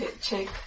check